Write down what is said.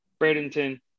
Bradenton